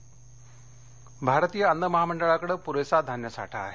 अन्नधान्य भारतीय अन्न महामंडळाकडे पुरेसा धान्यसाठा आहे